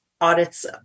audits